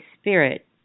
Spirit